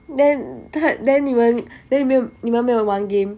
then 她 then 你们 then 你你们没有玩 game